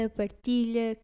partilha